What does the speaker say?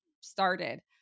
started